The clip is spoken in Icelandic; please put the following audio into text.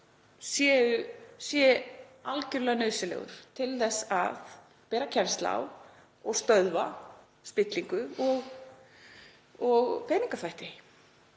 sé algerlega nauðsynlegur til að bera kennsl á og stöðva spillingu og peningaþvætti.